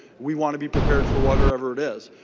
we want to be prepared for whatever it is.